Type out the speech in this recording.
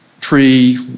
tree